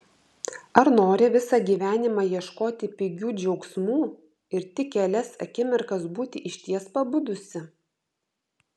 ar nori visą gyvenimą ieškoti pigių džiaugsmų ir tik kelias akimirkas būti išties pabudusi